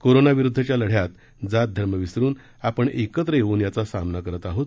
corona विरुद्धच्या लढ्यात जात धर्म विसरून आपण एकत्र येऊन याचा सामना करत आहोत